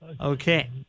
Okay